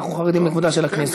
אבל אנחנו חרדים לכבודה של הכנסת.